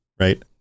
right